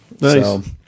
nice